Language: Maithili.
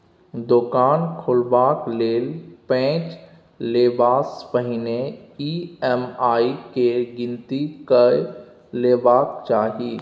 दोकान खोलबाक लेल पैंच लेबासँ पहिने ई.एम.आई केर गिनती कए लेबाक चाही